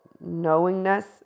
knowingness